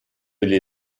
les